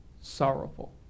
sorrowful